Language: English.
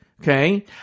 Okay